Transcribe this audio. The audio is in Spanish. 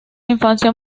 infancia